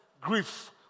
grief